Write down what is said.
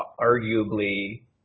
Arguably